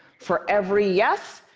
for every yes,